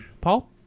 Paul